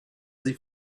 sie